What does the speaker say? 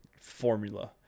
formula